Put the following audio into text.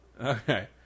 Okay